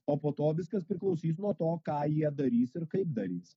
o po to viskas priklausys nuo to ką jie darys ir kaip darys